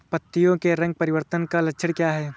पत्तियों के रंग परिवर्तन का लक्षण क्या है?